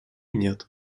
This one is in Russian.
нет